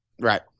Right